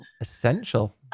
essential